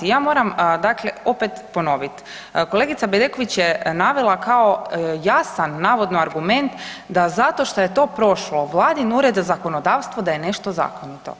Ja moram dakle opet ponovit, kolegica Bedeković je navela kao jasan navodno argument da zato što je to prošlo vladin Ured za zakonodavstvo da je nešto zakonito.